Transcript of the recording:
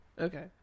Okay